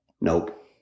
nope